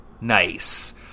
Nice